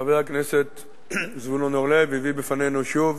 חבר הכנסת זבולון אורלב, הביא בפנינו שוב